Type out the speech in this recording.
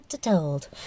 Told